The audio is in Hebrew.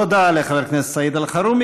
תודה לחבר הכנסת סעיד אלחרומי.